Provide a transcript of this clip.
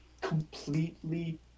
completely